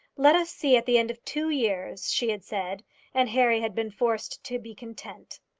let us see at the end of two years, she had said and harry had been forced to be content.